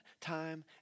time